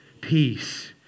Peace